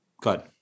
good